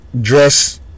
Dress